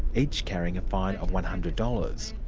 each carrying a fine of one hundred dollars.